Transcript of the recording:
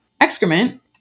excrement